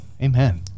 Amen